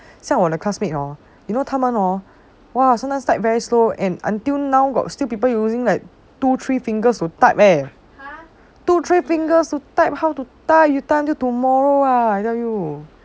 but hor 像我的 classmate hor you know 他们 hor !wah! sometimes type very slow and until now got still people using like two three fingers to type leh two three fingers to type leh how to type you type until tomorrow ah I tell you